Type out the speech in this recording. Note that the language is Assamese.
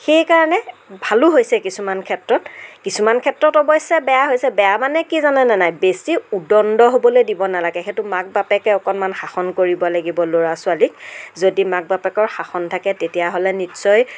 সেইকাৰণে ভালো হৈছে কিছুমান ক্ষেত্ৰত কিছুমান ক্ষেত্ৰত অৱশ্য়ে বেয়া হৈছে বেয়া মানে কি জানে নে নাই বেছি উদণ্ড হ'বলৈ দিব নালাগে সেইটো মাক বাপেকে অকণমান শাসন কৰিব লাগিব ল'ৰা ছোৱালীক যদি মাক বাপেকৰ শাসন থাকে তেতিয়াহ'লে নিশ্চয়